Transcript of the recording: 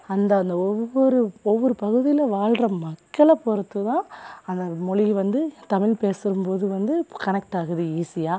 அந்த அந்த ஒவ்வொரு ஒவ்வொரு பகுதியில் வாழுற மக்களை பொறுத்து தான் அந்த மொழி வந்து தமிழ் பேசும்போது வந்து கனெக்ட் ஆகுது ஈஸியாக